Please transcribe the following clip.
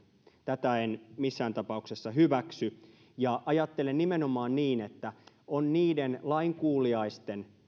tätä en missään tapauksessa hyväksy ajattelen nimenomaan niin että on niiden lainkuuliaisten